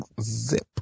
Zip